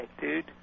dude